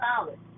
solid